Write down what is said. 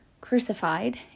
crucified